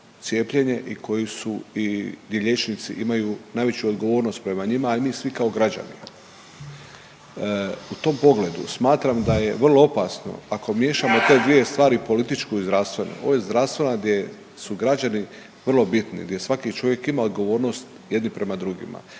i koji su i gdje liječnici imaju najveću odgovornost prema njima, a i mi svi kao građani. U tom pogledu smatram da je vrlo opasno ako miješamo te dvije stvari političku i zdravstvenu. Ovo je zdravstvena gdje su građana vrlo bitni, gdje svaki čovjek ima odgovornost jedni prema drugima.